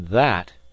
that